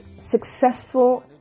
successful